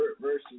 versus